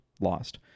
lost